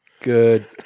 good